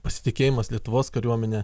pasitikėjimas lietuvos kariuomene